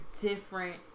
different